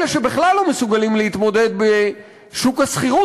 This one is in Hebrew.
אלה שבכלל לא מסוגלים להתמודד בשוק השכירות,